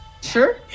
Sure